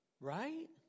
Right